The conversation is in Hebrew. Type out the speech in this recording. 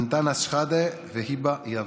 אנטאנס שחאדה והיבה יזבק.